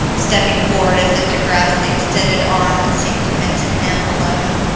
stepping forward as if to grasp the extended arm that seemed to menace him alone.